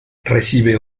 recibe